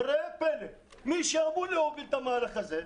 וראה פלא, מי שאמור להוביל את המהלך הזה,